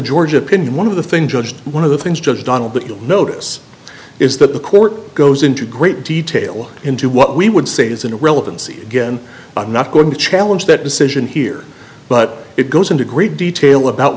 george opinion one of the things judge one of the things judge donald that you'll notice is that the court goes into great detail into what we would say is an irrelevancy again i'm not going to challenge that decision here but it goes into great detail about